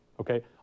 okay